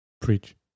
Preach